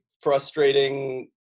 frustrating